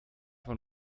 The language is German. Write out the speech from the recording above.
von